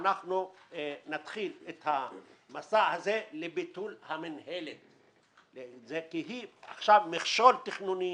שאנחנו נתחיל את המסע הזה לביטול המינהלת כי היא מהווה מכשול תכנוני,